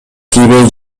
тийбей